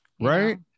right